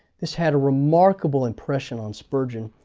this had a remarkable impression on spurgeon,